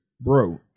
Bro